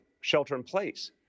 shelter-in-place